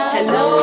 Hello